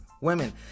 women